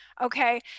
Okay